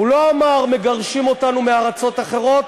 הוא לא אמר: מגרשים אותנו מארצות אחרות,